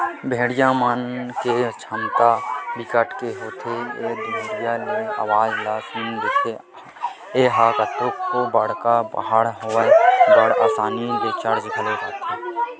भेड़िया म सुने के छमता बिकट के होथे ए ह दुरिहा ले अवाज ल सुन लेथे, ए ह कतको बड़का पहाड़ होवय बड़ असानी ले चढ़ घलोक जाथे